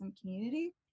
community